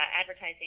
advertising